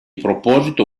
proposito